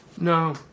No